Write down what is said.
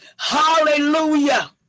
hallelujah